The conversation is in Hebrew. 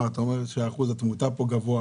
רואים שאחוז התמותה גבוה.